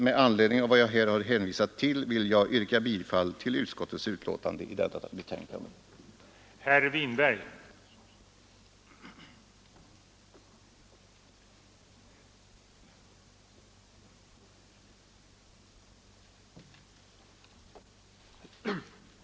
Med hänvisning till vad jag här har anfört vill jag, herr talman, yrka bifall till trafikutskottets hemställan i dess betänkande nr 22.